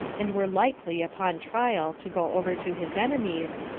and were likely, upon trial, to go over to his enemies,